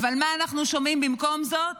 אך מה אנחנו שומעים במקום זאת?